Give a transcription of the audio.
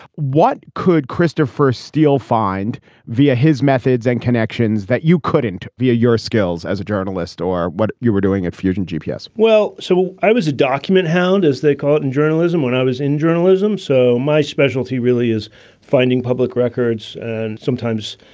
what could christopher steele find via his methods and connections that you couldn't via your skills as a journalist or what you were doing at fusion well, so i was a document hound, as they call it, in journalism when i was in journalism. so my specialty really is finding public records. and sometimes,